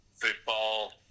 football